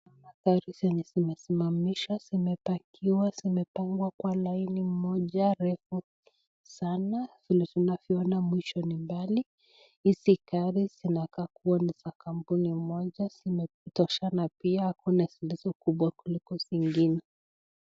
Kuna magari zenye zimesimamishwa zimepakiwa zimepangwa kwa laini moja refu sana vile tunavyoona mwisho ni mbali .Hizi gari zinakaa kuwa ni za kampuni moja zimetoshana pia hakuna zilizo kubwa kuliko zingine.